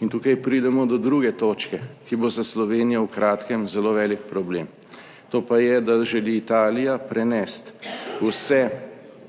In tukaj pridemo do druge točke, ki bo za Slovenijo v kratkem zelo velik problem, to pa je, da želi Italija prenesti vse